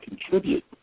contribute